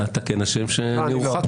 אתה כן אשם שהורחקתי,